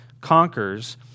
conquers